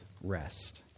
rest